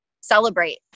celebrate